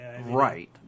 Right